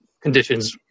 conditions